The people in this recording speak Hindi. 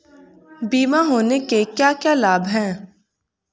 बीमा होने के क्या क्या लाभ हैं?